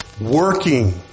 working